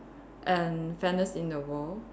and fairness in the world